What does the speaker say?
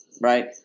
Right